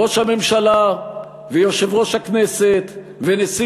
ראש הממשלה ויושב-ראש הכנסת ונשיא